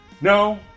No